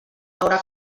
haurà